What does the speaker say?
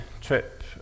trip